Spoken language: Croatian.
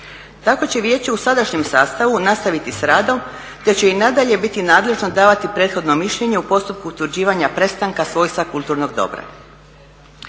Tako će vijeće u sadašnjem sastavu nastaviti s radom te će i nadalje biti nadležno davati prethodno mišljenje u postupku utvrđivanja prestanka svojstva kulturnog dobra.